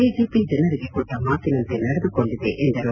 BJP ಜನರಿಗೆ ಕೊಟ್ಟ ಮಾತಿನಂತೆ ನಡೆದುಕೊಂಡಿದೆ ಎಂದರು